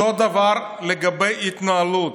אותו דבר לגבי ההתנהלות.